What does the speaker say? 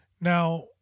Now